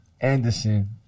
Anderson